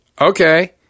Okay